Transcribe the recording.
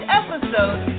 episode